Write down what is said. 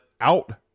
out